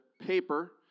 paper